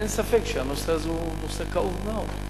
אין ספק שהנושא הזה הוא נושא כאוב מאוד.